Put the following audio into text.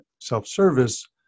self-service